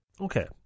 okay